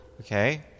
Okay